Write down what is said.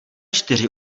čtyři